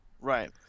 right